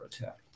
attack